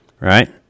right